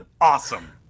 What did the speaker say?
Awesome